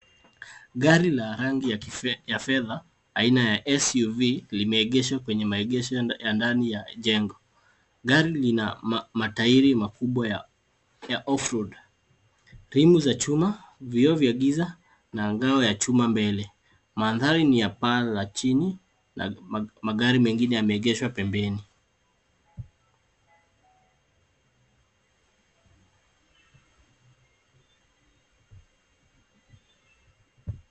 Gari la rangi ya fedha aina ya SUV limeengeshwa kwenye maegesho ya ndani ya jengo. Gari lina mataili makubwa ya offload , rim za chuma, vioo vya giza na ngao ya chuma mbele. Mandhari ni ya paa la chini na magari mengine yameengeshwa pembeni.